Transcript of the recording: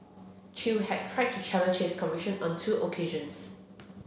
chew had tried to challenge his conviction on two occasions